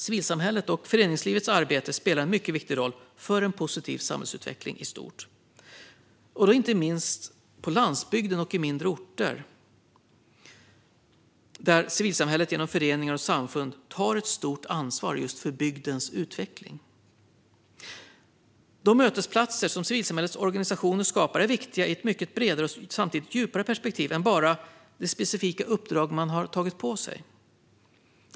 Civilsamhällets och föreningslivets arbete spelar en mycket viktig roll för en positiv samhällsutveckling i stort, inte minst på landsbygden och på mindre orter där civilsamhället genom föreningar och samfund tar ett stort ansvar för bygdens utveckling. De mötesplatser som civilsamhällets organisationer skapar är viktiga i ett mycket bredare och samtidigt djupare perspektiv än bara det specifika uppdrag man tagit på sig.